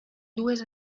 dues